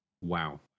wow